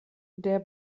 der